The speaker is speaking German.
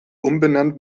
umbenannt